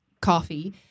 coffee